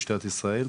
משטרת ישראל,